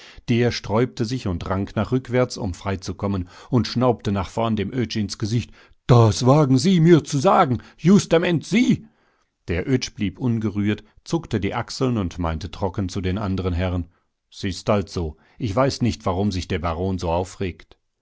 der sträubte sich und rang nach rückwärts um freizukommen und schnaubte nach vorn dem oetsch ins gesicht das wagen sie mir zu sagen justament sie der oetsch blieb ungerührt zuckte die achseln und meinte trocken zu den andern herren s ist halt so ich weiß nicht warum sich der baron so aufregt